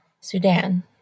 Sudan